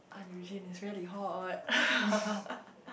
Ahn-Yujin is really hot